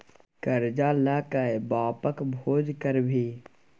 करजा ल कए बापक भोज करभी?